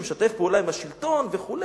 מי שמשתף פעולה עם השלטון וכו'.